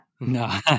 No